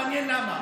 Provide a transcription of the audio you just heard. מעניין למה.